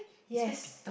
yes